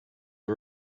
are